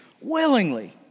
willingly